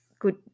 Good